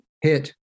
hit